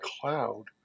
cloud